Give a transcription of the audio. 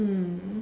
mm